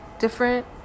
different